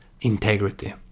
integrity